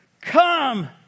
come